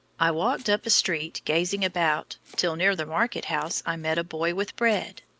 i walked up a street, gazing about, till, near the market-house i met a boy with bread.